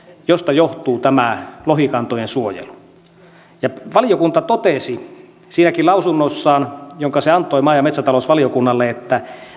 mistä johtuu tämä lohikantojen suojelu valiokunta totesi siinäkin lausunnossaan jonka se antoi maa ja metsätalousvaliokunnalle että